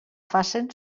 facen